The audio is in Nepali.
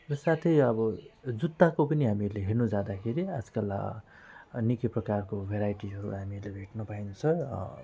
र साथै अब जुत्ताको पनि हामीहरूले हेर्नु जाँदाखेरि आजकल निकै प्रकारको भेराइटीहरू हामीले भेट्न पाइन्छ